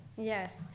Yes